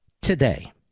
today